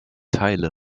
teile